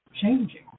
Changing